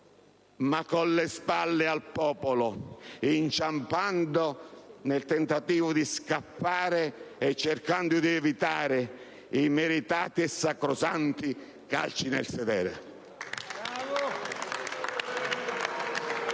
ma con le spalle al popolo, inciampando nel tentativo di scappare e cercando di evitare i meritati e sacrosanti calci nel sedere.